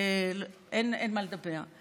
אין מה לדבר.